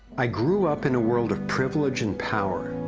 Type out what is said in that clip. i grew up in a world of privilege and power,